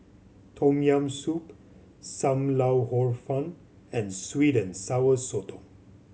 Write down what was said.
Tom Yam Soup Sam Lau Hor Fun and sweet and Sour Sotong